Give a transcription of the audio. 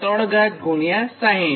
410 360 26